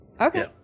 Okay